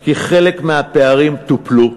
כי חלק מהפערים טופלו.